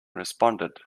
responded